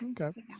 okay